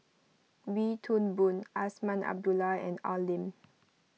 Wee Toon Boon Azman Abdullah and Al Lim